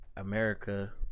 America